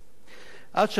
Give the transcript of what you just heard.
עד שהיה צריך להעלות,